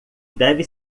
deve